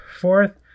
Fourth